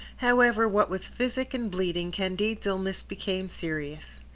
however, what with physic and bleeding, candide's illness became serious.